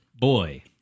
boy